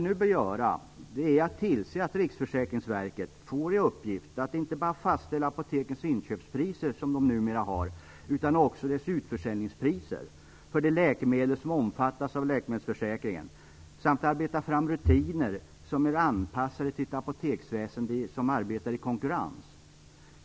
Nu bör vi tillse att Riksförsäkringsverket får i uppgift att inte bara fastställa apotekens inköpspriser, som de numera gör, utan också deras utförsäljningspriser för de läkemedel som omfattas av läkemedelsförsäkringen samt att arbeta fram rutiner som är anpassade till ett apoteksväsende som arbetar i konkurrens.